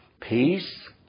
peace